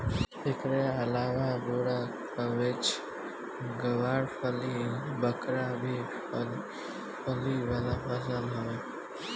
एकरी अलावा बोड़ा, केवाछ, गावरफली, बकला भी फली वाला फसल हवे